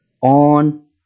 on